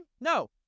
No